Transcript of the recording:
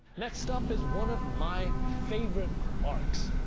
next up is one of my favorite arcs,